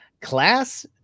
class